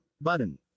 button